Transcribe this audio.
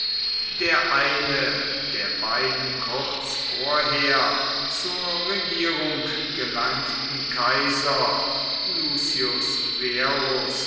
der eine der beiden kurz vorher zur regierung gelangten kaiser